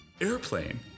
Airplane